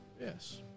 Yes